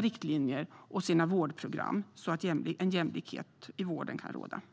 riktlinjer och vårdprogram även för dessa diagnoser, så att jämlikhet kan råda i vården.